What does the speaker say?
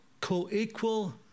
co-equal